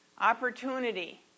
Opportunity